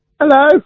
Hello